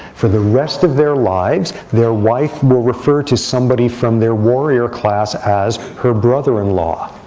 for the rest of their lives, their wife will refer to somebody from their warrior class as her brother-in-law.